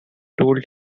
told